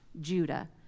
Judah